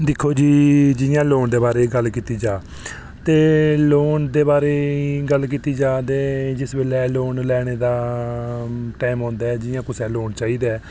दिक्खो जी जि'यां लोन दे बारै च गल्ल कीती जा ते लोन दे बारै ई गल्ल कीती जा ते जिस बेल्लै लोन लैने दा टैम औंदा ऐ ते जियां कुसै लोन चाहिदा ऐ